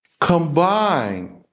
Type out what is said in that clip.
combine